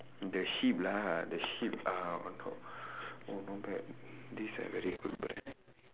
the sheep lah the sheep uh on top oh not bad this like very good brand